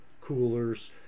coolers